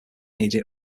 needing